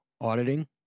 Auditing